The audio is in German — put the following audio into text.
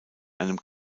einem